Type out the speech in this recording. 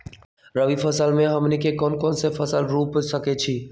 रबी फसल में हमनी के कौन कौन से फसल रूप सकैछि?